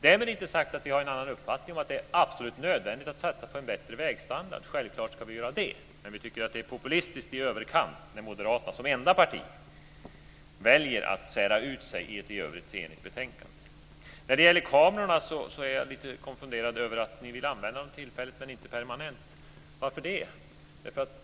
Därmed är inte sagt att vi inte har den uppfattningen att det är absolut nödvändigt att satsa på en bättre vägstandard. Självklart ska man göra det, men vi tycker att det är populistiskt i överkant när Moderaterna som enda parti väljer att sära ut sig i ett i övrigt enhälligt betänkande. När det gäller kamerorna är jag lite konfunderad över att ni vill använda dem tillfälligt men inte permanent. Varför det?